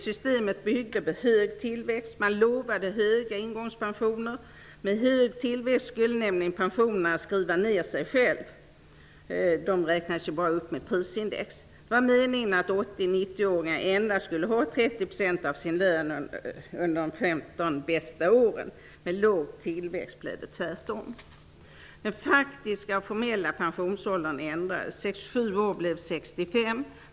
Först och främst byggde systemet på hög tillväxt. Man lovade höga ingångspensioner. Med hög tillväxt skulle nämligen pensionerna skriva ned sig själva, eftersom de skulle räknas upp enbart med prisindex. Det var meningen att 80--90-åringar endast skulle ha 30 % av sin lön under de 15 bästa åren. Med låg tillväxt blev utvecklingen den motsatta. Den faktiska och formella pensionsåldern ändrades -- 67 år blev 65 år.